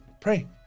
pray